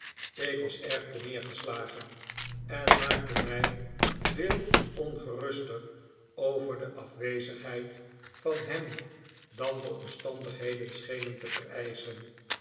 ik was erg terneergeslagen en maakte mij veel ongeruster over de afwezigheid van ham dan de omstandigheden schenen te vereischen